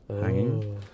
hanging